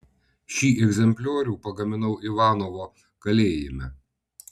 šį egzempliorių pagaminau ivanovo kalėjime